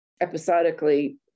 episodically